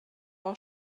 auch